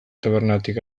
tabernatik